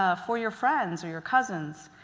ah for your friends or your cousins,